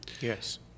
Yes